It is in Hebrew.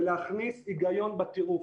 ולהכניס היגיון בטירוף.